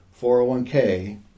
401k